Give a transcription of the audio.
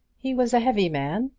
he was a heavy man,